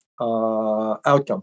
outcome